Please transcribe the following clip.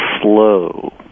slow